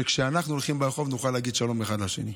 שכשאנחנו הולכים ברחוב נוכל להגיד שלום אחד לשני,